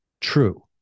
true